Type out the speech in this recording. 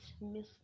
miss